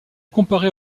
comparer